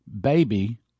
baby